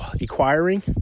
acquiring